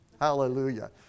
Hallelujah